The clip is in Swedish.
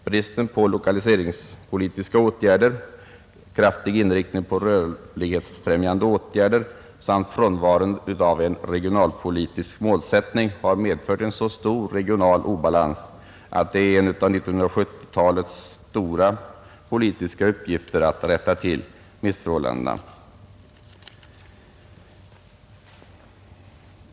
Bristen på lokaliseringspolitiska åtgärder, kraftig inriktning på rörlighetsfrämjande åtgärder samt frånvaron av en regionalpolitisk målsättning har medfört en så stor regional obalans att det är en av 1970-talets stora politiska uppgifter att rätta till dessa missförhållanden.